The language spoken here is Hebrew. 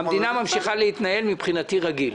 המדינה ממשיכה להתנהל מבחינתי רגיל.